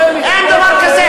אין דבר כזה.